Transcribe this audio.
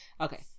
Okay